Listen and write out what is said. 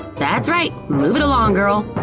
that's right! move it along, girl.